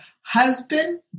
husband